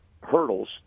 hurdles